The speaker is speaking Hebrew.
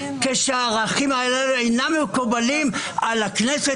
כשהם אינם מקובלים על הכנסת,